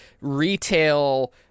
retail